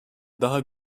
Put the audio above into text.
daha